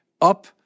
up